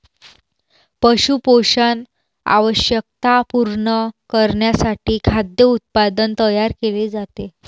पशु पोषण आवश्यकता पूर्ण करण्यासाठी खाद्य उत्पादन तयार केले जाते